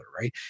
Right